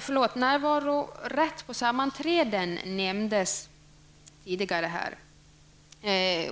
Frågan om närvarorätt på sammanträden togs upp tidigare här.